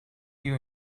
you